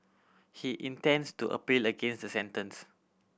he intends to appeal against the sentence